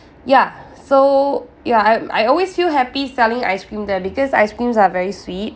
ya so ya I I always feel happy selling ice cream there because ice creams are very sweet